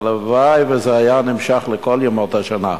הלוואי שזה היה נמשך כל ימות השנה,